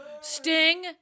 Sting